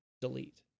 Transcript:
delete